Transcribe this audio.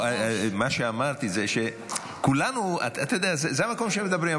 מה שאמרתי זה שזה המקום שמדברים,